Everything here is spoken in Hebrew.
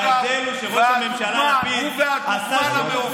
ההבדל הוא שראש הממשלה לפיד עשה את זה